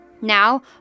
Now